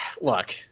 look